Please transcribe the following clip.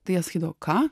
tai jie sakydavo ką